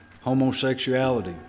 homosexuality